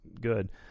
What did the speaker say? good